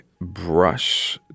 brush